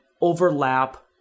overlap